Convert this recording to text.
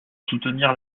soutenir